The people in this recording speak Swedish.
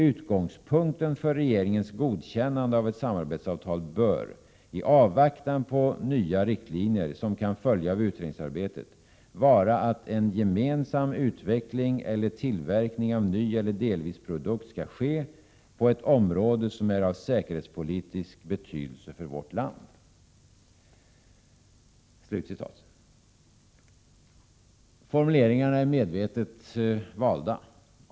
Utgångspunkten för regeringens godkännande av ett samarbetsavtal bör, i avvaktan på de nya riktlinjer som kan följa på utredningsarbetet, vara att en gemensam utveckling eller tillverkning av en ny eller delvis ny produkt skall ske på ett område som är av säkerhetspolitisk betydelse för vårt land.” Formuleringarna är medvetet valda.